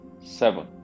seven